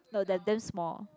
no they are damn small